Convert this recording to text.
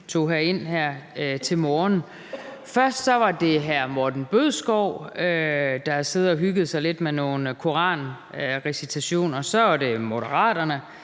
tog herind til morgen. Først var det hr. Morten Bødskov, der har siddet og hygget sig lidt med nogle koranrecitationer; så er det Moderaterne,